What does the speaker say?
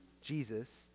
Jesus